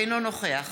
אינו נוכח